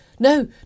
No